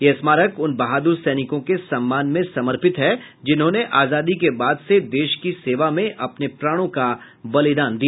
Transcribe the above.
यह स्मारक उन बहाद्र सैनिकों के सम्मान में समर्पित है जिन्होंने आजादी के बाद से देश की सेवा में अपने प्राणों का बलिदान दिया